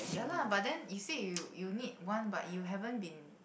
ya lah but then you said you you need one but you haven't been